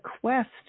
quest